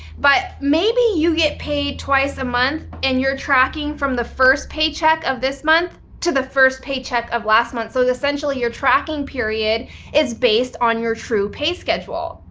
but maybe you get paid twice a month and you're tracking from the first paycheck of this month to the first paycheck of last month. so, essentially, you're tracking period is based on your true pay schedule.